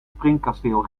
springkasteel